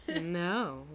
No